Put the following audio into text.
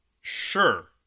Sure